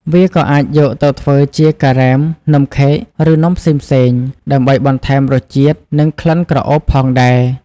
វាក៏អាចយកទៅធ្វើជា ការ៉េម នំខេក ឬនំផ្សេងៗ ដើម្បីបន្ថែមរសជាតិ និងក្លិនក្រអូបផងដែរ។